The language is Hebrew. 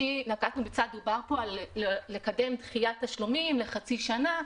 דובר פה על קידום דחיית תשלומים לחצי שנה.